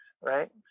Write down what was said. Right